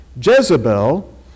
Jezebel